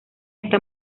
está